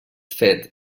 fet